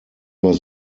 was